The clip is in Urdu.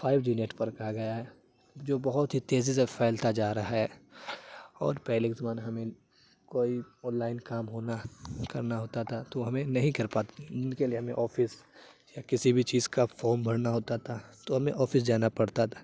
فائیو جی نیٹورک آ گیا ہے جو بہت ہی تیزی سے پھیلتا جا رہا ہے اور پہلے کے زمانے میں ہمیں کوئی آل لائن کام ہونا کرنا ہوتا تھا تو ہمیں نہیں کر پاتے تھے ان کے لیے ہمیں آفس یا کسی بھی چیز کا فارم بھرنا ہوتا تھا تو ہمیں آفس جانا پڑتا تھا